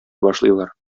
башлыйлар